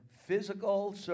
physical